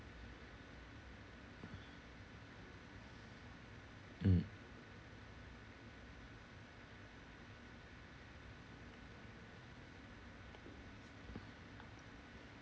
mm